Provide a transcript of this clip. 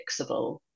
fixable